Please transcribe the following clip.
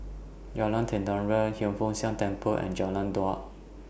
Jalan Tenteram Hiang Foo Siang Temple and Jalan Daud